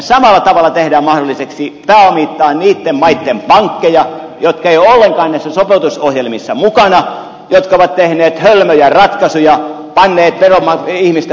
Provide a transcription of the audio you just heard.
samalla tavalla tehdään mahdolliseksi pääomittaa niitten maitten pankkeja jotka eivät ole ollenkaan näissä sopeutusohjelmissa mukana jotka ovat tehneet hölmöjä ratkaisuja panneet ihmisten rahoja menemään